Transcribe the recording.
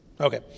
Okay